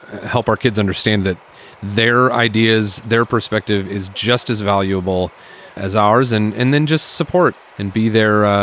help our kids understand that their ideas, their perspective is just as valuable as ours and and then just support and be there,